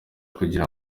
kugira